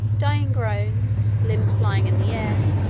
dying groans, limbs flying in the air,